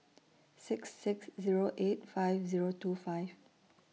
six six Zero eight five Zero two five